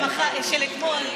על הסיור של אתמול.